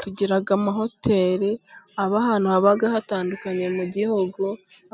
Tugira amahoteli aba ahantu haba hatandukanye mu gihugu,